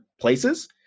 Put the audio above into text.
places